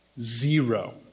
Zero